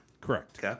Correct